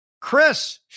Chris